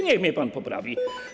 Niech mnie pan poprawi.